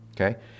Okay